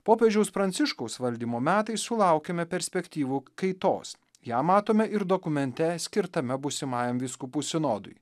popiežiaus pranciškaus valdymo metais sulaukėme perspektyvų kaitos ją matome ir dokumente skirtame būsimajam vyskupų sinodui